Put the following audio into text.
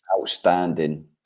outstanding